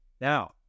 Now